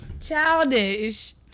childish